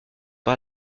par